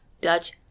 Dutch